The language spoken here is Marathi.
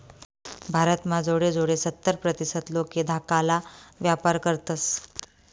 भारत म्हा जोडे जोडे सत्तर प्रतीसत लोके धाकाला व्यापार करतस